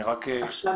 אני רק אזכיר